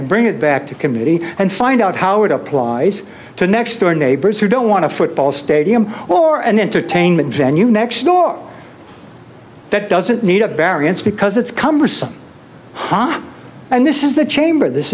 and bring it back to committee and find out how it applies to next door neighbors who don't want a football stadium or an entertainment venue next door that doesn't need a variance because it's cumbersome hot and this is the chamber this